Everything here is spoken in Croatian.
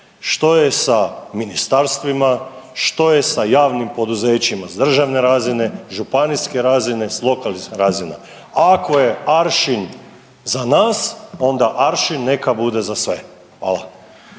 što je sa ministarstvima, što je sa javnim poduzećima s državne razine, županijske razine, s lokalnih razina. Ako je aršin za nas, onda aršin neka bude za sve. Hvala.